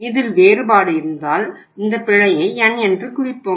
இதில் வேறுபாடு இருந்தால் இந்த பிழையை N என்று குறிப்போம்